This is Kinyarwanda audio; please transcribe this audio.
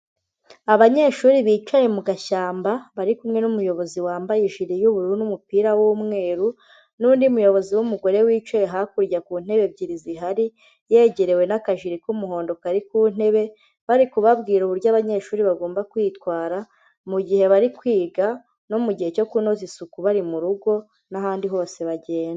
Abanyeshuri bicaye mu gashyamba, bari kumwe n'umuyobozi wambaye ijiri y'ubururu n'umupira w'umweru, n'undi muyobozi w'umugore wicaye hakurya ku ntebe ebyiri zihari, yegerewe n'akajiri k'umuhondo kari ku ntebe, bari kubabwira uburyo abanyeshuri bagomba kwitwara mu gihe bari kwiga, no mu gihe cyo kunoza isuku bari mu rugo n'ahandi hose bagenda.